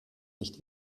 nicht